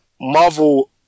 Marvel